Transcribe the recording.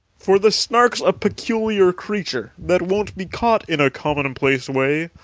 for the snark's a peculiar creature, that won't be caught in a commonplace way.